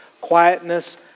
quietness